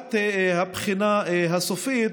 לקראת הבחינה הסופית,